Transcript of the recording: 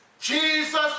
Jesus